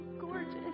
gorgeous